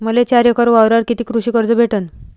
मले चार एकर वावरावर कितीक कृषी कर्ज भेटन?